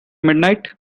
midnight